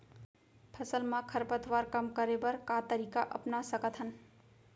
फसल मा खरपतवार कम करे बर का तरीका अपना सकत हन?